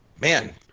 Man